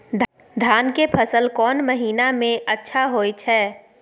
धान के फसल कोन महिना में अच्छा होय छै?